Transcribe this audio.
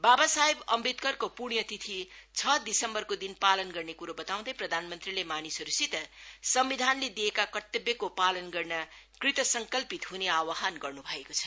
बाबा साहेब अम्बेदकरको पुण्य तिथि छ दिसम्बरको दिन पालन गर्ने कुरो बताउँदै प्रधानमंत्रीले मानिसहरूसित सम्बिधानले दिएका कर्तब्यको पालन गर्न कृतसंकल्पित हुने आव्हान गर्नु भएको छ